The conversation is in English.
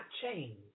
change